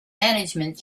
management